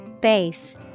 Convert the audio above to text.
Base